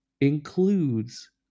includes